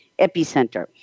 EPICENTER